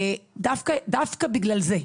דווקא בגלל זה,